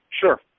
Sure